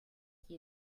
qui